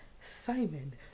Simon